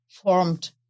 formed